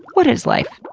what is life?